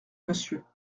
monsieur